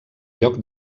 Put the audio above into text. lloc